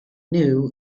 new